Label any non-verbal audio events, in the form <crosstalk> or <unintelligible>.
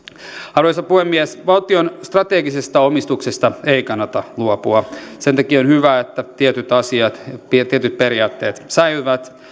arvoisa puhemies valtion strategisesta omistuksesta ei kannata luopua sen takia on hyvä että tietyt asiat tietyt periaatteet säilyvät <unintelligible>